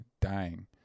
dying